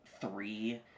three